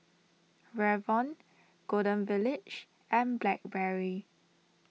Revlon Golden Village and Blackberry